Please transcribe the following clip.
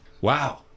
Wow